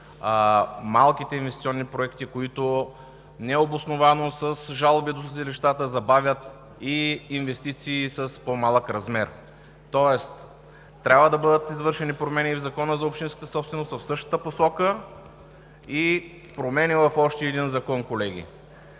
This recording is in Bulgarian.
малките инвестиционни проекти, които необосновано с жалби до съдилищата забавят и инвестициите с по-малък размер. Тоест трябва да бъдат извършени промени в Закона за общинската собственост в същата посока и промени в още един закон, колеги.